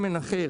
שמן אחר,